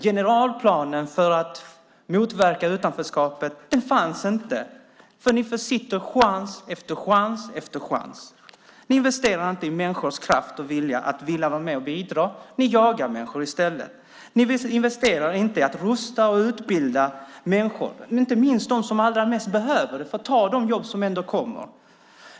Generalplanen för att motverka utanförskapet fanns inte. Ni försitter chans efter chans. Ni investerar inte i människors kraft och vilja att vara med och bidra. Ni jagar människor i stället. Ni investerar inte i att rusta och utbilda människor, inte minst de som allra mest behöver det för att ta de jobb som ändå kommer.